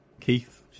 Keith